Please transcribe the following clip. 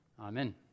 Amen